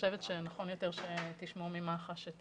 חושבת שנכון יותר שתשמעו ממח"ש את